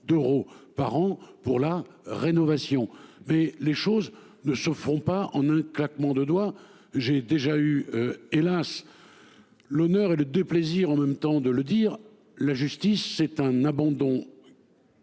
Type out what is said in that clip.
d'euros par an pour la rénovation. Mais les choses ne se font pas en un claquement de doigts. J'ai déjà eu hélas. L'honneur et le déplaisir en même temps de le dire, la justice c'est un abandon.